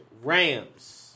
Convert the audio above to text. Rams